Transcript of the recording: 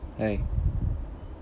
aye